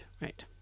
Right